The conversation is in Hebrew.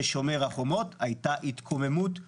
בשומר החומות הייתה התקוממות לאומנית.